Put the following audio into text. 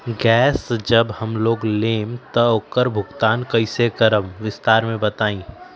Gas जब हम लोग लेम त उकर भुगतान कइसे करम विस्तार मे बताई?